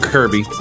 Kirby